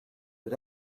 but